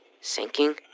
sinking